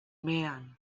man